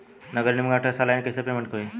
नगर निगम के टैक्स ऑनलाइन कईसे पेमेंट होई?